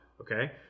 Okay